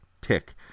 tick